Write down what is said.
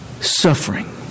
suffering